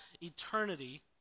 eternity